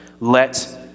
let